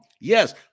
Yes